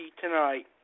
Tonight